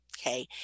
okay